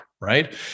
right